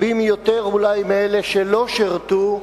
רבים יותר אולי מאלה שלא שירתו.